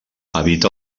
habita